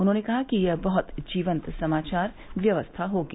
उन्होंने कहा कि यह बहुत जीवंत समाचार व्यवस्था होगी